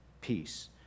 peace